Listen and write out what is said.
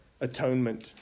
atonement